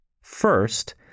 First